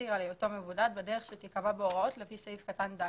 יצהיר על היותו מבודד בדרך שתקבע בהוראות לפי סעיף קטן (ד).